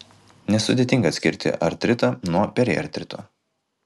nesudėtinga atskirti artritą nuo periartrito